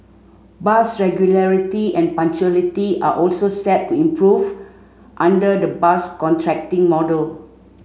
bus regularity and punctuality are also set to improve under the bus contracting model